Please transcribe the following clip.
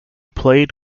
played